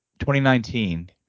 2019